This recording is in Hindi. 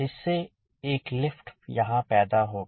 इससे एक लिफ्ट यहाँ पैदा होगा